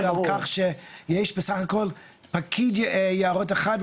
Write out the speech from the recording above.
על כך שיש בסך הכול פקיד יערות אחד,